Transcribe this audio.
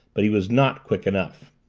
but he was not quick enough.